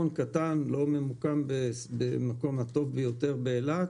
שהוא מלון קטן שלא ממוקם במקום הטוב ביותר באילת,